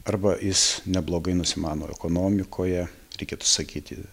arba jis neblogai nusimano ekonomikoje reikėtų sakyti